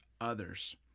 others